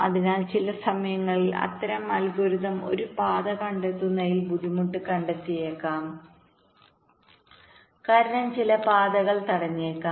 അതിനാൽ ചില സമയങ്ങളിൽ അത്തരം അൽഗോരിതം ഒരു പാത കണ്ടെത്തുന്നതിൽ ബുദ്ധിമുട്ട് കണ്ടെത്തിയേക്കാം കാരണം ചില പാതകൾ തടഞ്ഞേക്കാം